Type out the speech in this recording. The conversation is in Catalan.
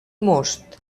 most